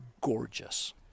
gorgeous